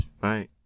Bye